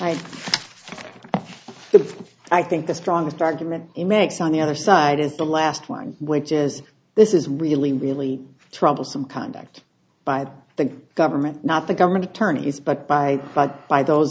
but i think the strongest argument it makes on the other side is the last one which is this is really really troublesome conduct by the government not the government attorneys but by by those